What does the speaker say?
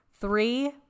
three